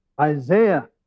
Isaiah